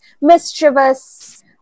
mischievous